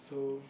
so